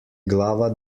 glava